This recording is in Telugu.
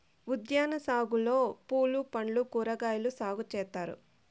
ఉద్యాన సాగులో పూలు పండ్లు కూరగాయలు సాగు చేత్తారు